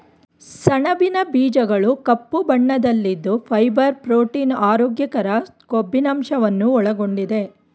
ಸಣಬಿನ ಬೀಜಗಳು ಕಪ್ಪು ಬಣ್ಣದಲ್ಲಿದ್ದು ಫೈಬರ್, ಪ್ರೋಟೀನ್, ಆರೋಗ್ಯಕರ ಕೊಬ್ಬಿನಂಶವನ್ನು ಒಳಗೊಂಡಿದೆ